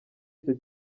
icyo